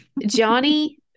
Johnny